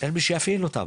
אין מי שיפעיל אותן,